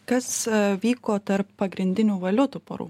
kas vyko tarp pagrindinių valiutų porų